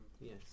Yes